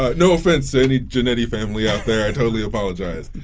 ah no offense to any jannetty family out there. i totally apologize.